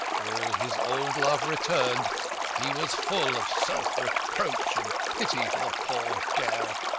all his old love returned he was full of self-reproach and pity for the poor girl.